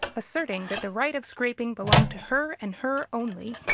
asserting that the right of scraping belonged to her, and her only.